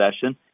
session